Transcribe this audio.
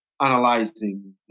analyzing